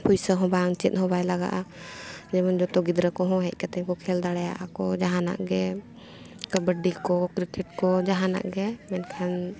ᱯᱩᱭᱥᱟᱹ ᱦᱚᱸ ᱵᱟᱝ ᱪᱮᱫ ᱦᱚᱸ ᱵᱟᱭ ᱞᱟᱜᱟᱜᱼᱟ ᱡᱮᱢᱚᱱ ᱡᱚᱛᱚ ᱜᱤᱫᱽᱨᱟᱹ ᱠᱚᱦᱚᱸ ᱦᱮᱡ ᱠᱟᱛᱮᱫ ᱠᱚ ᱠᱷᱮᱞ ᱫᱟᱲᱮᱭᱟᱜ ᱟᱠᱚ ᱡᱟᱦᱟᱱᱟᱜ ᱜᱮ ᱠᱟᱵᱟᱰᱤ ᱠᱚ ᱠᱨᱤᱠᱮᱴ ᱠᱚ ᱡᱟᱦᱟᱱᱟᱜ ᱜᱮ ᱢᱮᱱᱠᱷᱟᱱ